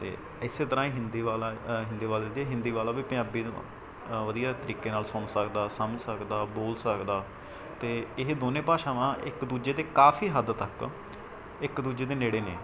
ਅਤੇ ਇਸੇ ਤਰ੍ਹਾਂ ਹੀ ਹਿੰਦੀ ਵਾਲਾ ਹਿੰਦੀ ਵਾਲੇ ਦੇ ਹਿੰਦੀ ਵਾਲਾ ਵੀ ਪੰਜਾਬੀ ਨੂੰ ਵਧੀਆ ਤਰੀਕੇ ਨਾਲ ਸੁਣ ਸਕਦਾ ਸਮਝ ਸਕਦਾ ਬੋਲ ਸਕਦਾ ਅਤੇ ਇਹ ਦੋਨੇਂ ਭਾਸ਼ਾਵਾਂ ਇੱਕ ਦੂਜੇ ਦੇ ਕਾਫ਼ੀ ਹੱਦ ਤੱਕ ਇੱਕ ਦੂਜੇ ਦੇ ਨੇੜੇ ਨੇ